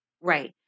Right